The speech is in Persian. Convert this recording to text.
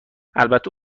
البته